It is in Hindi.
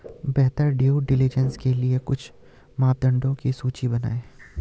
बेहतर ड्यू डिलिजेंस के लिए कुछ मापदंडों की सूची बनाएं?